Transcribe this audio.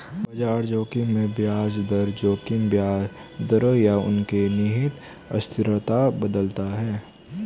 बाजार जोखिम में ब्याज दर जोखिम ब्याज दरों या उनके निहित अस्थिरता बदलता है